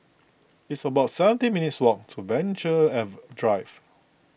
it's about seventeen minutes' walk to Venture if Drive